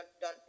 done